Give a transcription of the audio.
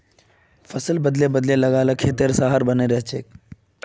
फसल बदले बदले लगा ल खेतेर सहार बने रहछेक